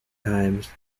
times